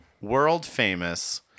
world-famous